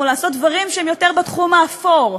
לעשות דברים שהם יותר בתחום האפור,